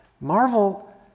Marvel